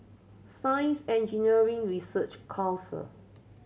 Science Engineering Research Council